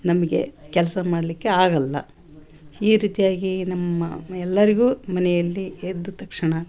ನಮಗೆ ಕೆಲಸ ಮಾಡಲಿಕ್ಕೆ ಆಗಲ್ಲ ಈ ರೀತಿಯಾಗಿ ನಮ್ಮ ಎಲ್ಲರಿಗೂ ಮನೆಯಲ್ಲಿ ಎದ್ದ ತಕ್ಷಣ